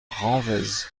renwez